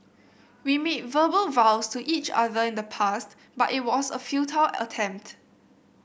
we made verbal vows to each other in the past but it was a futile attempt